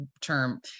term